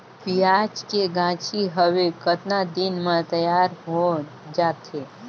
पियाज के गाछी हवे कतना दिन म तैयार हों जा थे?